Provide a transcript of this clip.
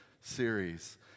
series